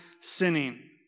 sinning